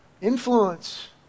influence